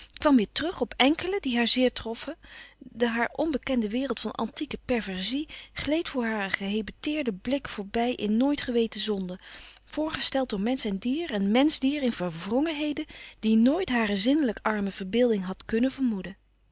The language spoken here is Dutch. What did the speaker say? kwam weêr terug op ènkele die haar zeer troffen de haar onbekende wereld van antieke perversie gleed voor haren gehebeteerden blik voorbij in nooit geweten zonde voorgesteld door mensch en dier en menschdier in verwrongenheden die nooit hare zinnelijk arme verbeelding had kunnen vermoeden